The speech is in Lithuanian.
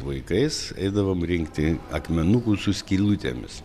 vaikais eidavom rinkti akmenukų su skylutėmis